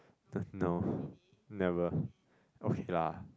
don't know never okay lah